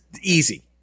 easy